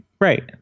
right